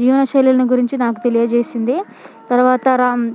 జీవనశైలిని గురించి నాకు తెలియ చేసింది తర్వాత రామ్